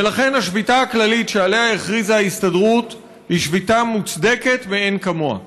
ולכן השביתה הכללית שעליה הכריזה ההסתדרות היא שביתה מוצדקת מאין כמוה.